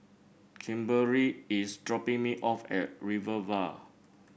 Kimberely is dropping me off at Rivervale